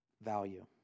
value